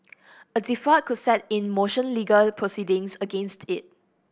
a default could set in motion legal proceedings against it